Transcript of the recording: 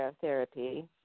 therapy